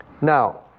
Now